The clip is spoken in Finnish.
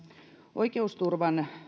oikeusturvan